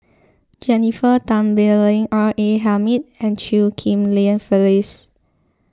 Jennifer Tan Bee Leng R A Hamid and Chew Ghim Lian Phyllis